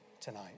tonight